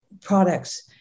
products